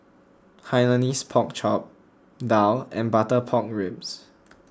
Hainanese Pork Chop Daal and Butter Pork Ribs